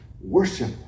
worship